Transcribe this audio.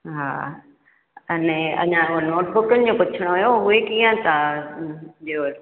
हा अने अञा हू नोट बुकनि जो पुछिणो हुयो उहे कीअं था ॾियो